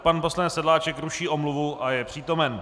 Pan poslanec Sedláček ruší omluvu a je přítomen.